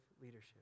leadership